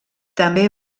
també